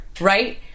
right